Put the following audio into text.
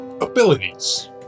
abilities